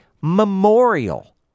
memorial